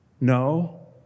No